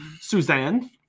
Suzanne